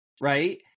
right